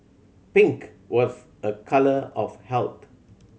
pink was a colour of health